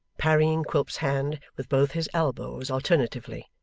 parrying quilp's hand with both his elbows alternatively.